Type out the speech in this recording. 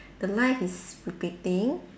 the life is repeating